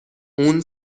اون